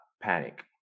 panic